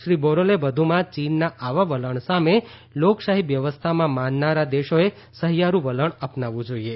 શ્રી બોરેલે વધુમાં ચીનના આવા વલણ સામે લોકશાહી વ્યવસ્થામાં માનનારા દેશોએ સહિયારૂ વલણ અપનાવવું જોઈએ